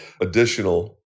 additional